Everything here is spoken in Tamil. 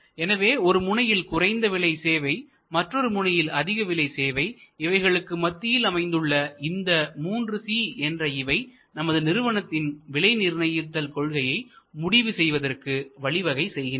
எனவே ஒரு முனையில் குறைந்த விலை சேவை மற்றொரு முனையில் அதிக விலை சேவை இவைகளுக்கு மத்தியில் அமைந்துள்ள இந்த மூன்று C என்ற இவை நமது நிறுவனத்தின் விலை நிர்ணயித்தல் கொள்கையை முடிவு செய்வதற்கு வழிவகை செய்கின்றன